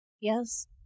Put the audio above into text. Yes